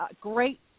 great